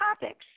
topics